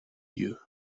you